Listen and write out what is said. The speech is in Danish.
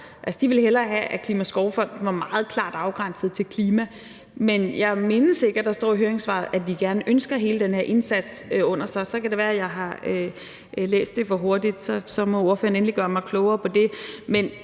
De ville hellere have, at Klimaskovfonden var meget klart afgrænset til klima, men jeg mindes ikke, at der står i høringssvaret, at de ønsker at få lagt hele denne indsats under sig – det kan være, at jeg har læst det for hurtigt igennem, men så må ordføreren endelig gøre mig klogere på det.